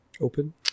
open